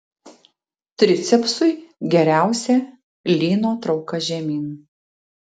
tricepsui geriausia lyno trauka žemyn